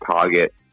target